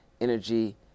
energy